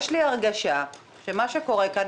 יש לי הרגשה שמה שקורה כאן,